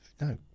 no